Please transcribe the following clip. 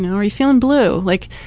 and are you feeling blue? like,